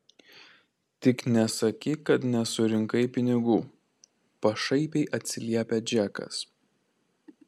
tik nesakyk kad nesurinkai pinigų pašaipiai atsiliepia džekas